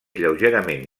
lleugerament